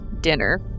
dinner